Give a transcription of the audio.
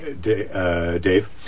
dave